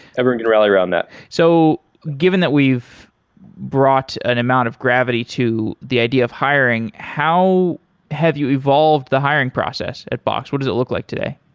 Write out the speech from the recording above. everyone can rally around that. so given that we've brought an amount of gravity to the idea of hiring, how have you evolved the hiring process at box? what does it look like today?